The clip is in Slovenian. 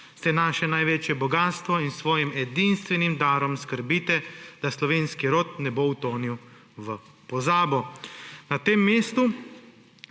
Ste naše največje bogastvo in s svojim edinstvenim darom skrbite, da slovenski rod ne bo utonil v pozabo.